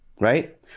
right